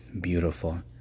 beautiful